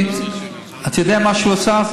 ספציפית, אתה יודע מה הוא עשה?